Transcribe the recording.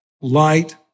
Light